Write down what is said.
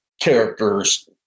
characters